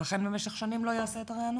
ולכן במשך שנים לא יעשה את הריענון.